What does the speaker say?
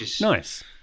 Nice